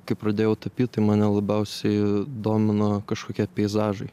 kai pradėjau tapyt tai mane labiausiai domino kažkokie peizažai